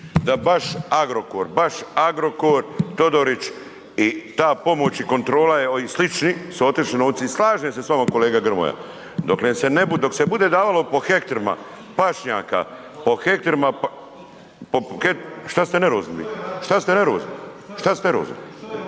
Da baš Agrokor, baš Agrokor, Todorić i ta pomoć i kontrola je, i slični su otišli novci i slažem se s vama kolega Grmoja doklen se ne bude, dok se bude davalo po hektrima pašnjaka, po hektrima, šta ste nervozni, šta si nervozan, pa zna